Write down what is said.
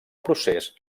procés